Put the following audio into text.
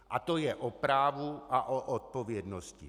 A to je o právu a o odpovědnosti.